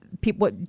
people